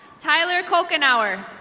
tyler cokinhauer.